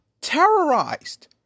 terrorized